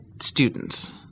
students